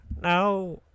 Now